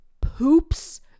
poops